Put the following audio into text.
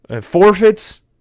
forfeits